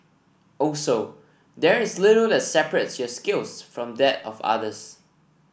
also there is little that separates your skills from that of others